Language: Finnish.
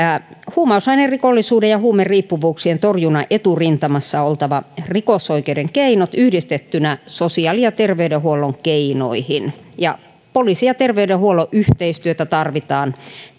huumausainerikollisuuden ja huumeriippuvuuksien torjunnan eturintamassa on oltava rikosoikeuden keinot yhdistettynä sosiaali ja terveydenhuollon keinoihin poliisin ja terveydenhuollon yhteistyötä tarvitaan